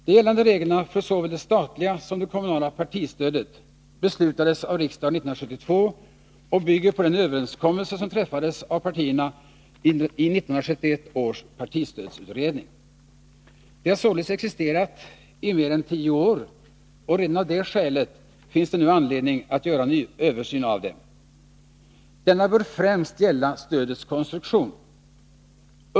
De gällande reglerna för såväl det statliga som det kommunala partistödet beslutades av riksdagen 1972 och bygger på den överenskommelse som träffades av partierna i 1971 års partistödsutredning. De har således existerat i mer än tio år, och redan av det skälet finns det nu anledning att göra en översyn av dem. Denna bör främst gälla stödets konstruktion.